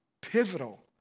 pivotal